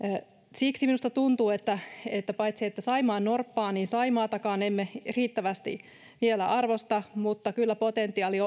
siksi minusta tuntuu että että paitsi saimaannorppaa myöskään saimaata emme riittävästi vielä arvosta mutta kyllä potentiaalia